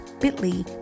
bit.ly